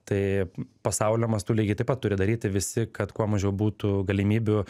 tai pasaulio mastu lygiai taip pat turi daryti visi kad kuo mažiau būtų galimybių